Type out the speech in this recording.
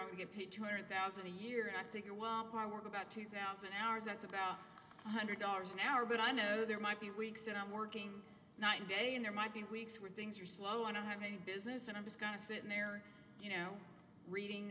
i get paid two hundred thousand a year acting it was hard work about two thousand hours that's about one hundred dollars an hour but i know there might be weeks that i'm working night and day and there might be weeks where things are slow i don't have any business and i was kind of sitting there you know reading